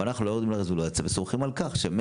אבל אנחנו לא יורדים לרזולוציה וסומכים על כך שבאמת